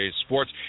sports